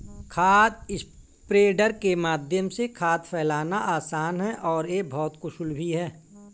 खाद स्प्रेडर के माध्यम से खाद फैलाना आसान है और यह बहुत कुशल भी है